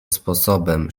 sposobem